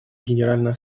генеральной